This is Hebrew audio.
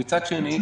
ומצד שני,